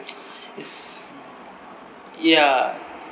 is yeah